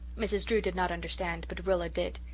mrs. drew did not understand but rilla did.